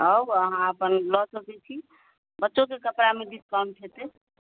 आउ अहाँ अपन लए सकय छी बच्चोके कपड़ामे डिस्काउन्ट हेतय